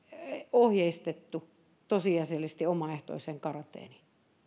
ohjeistettu tosiasiallisesti omaehtoiseen karanteeniin